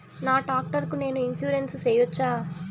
నా టాక్టర్ కు నేను ఇన్సూరెన్సు సేయొచ్చా?